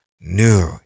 new